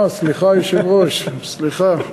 אה, סליחה, היושב-ראש, סליחה.